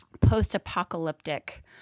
post-apocalyptic